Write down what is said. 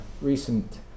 recent